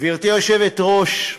גברתי היושבת-ראש,